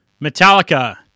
Metallica